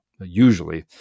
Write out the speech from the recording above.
usually